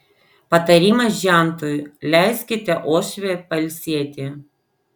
patarimas žentui leiskite uošvę pailsėti